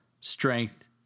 strength